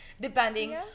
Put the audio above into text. depending